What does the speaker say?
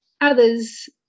Others